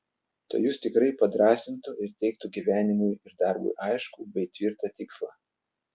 tai jus tikrai padrąsintų ir teiktų gyvenimui ir darbui aiškų bei tvirtą tikslą